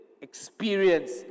experience